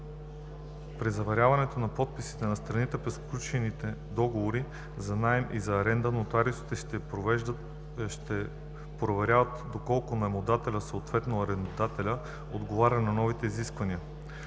При заверяването на подписите на страните по сключени договори за наем и за аренда, нотариусите ще проверяват доколко наемодателят, съответно арендодателят, отговарят на новите изисквания.